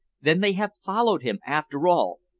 then they have followed him, after all!